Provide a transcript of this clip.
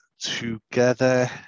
together